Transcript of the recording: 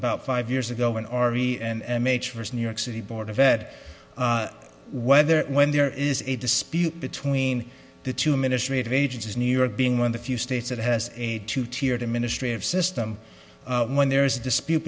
about five years ago an r v and major's new york city board of ed whether when there is a dispute between the two ministry of agents is new york being one of the few states that has a two tiered administrative system when there is a dispute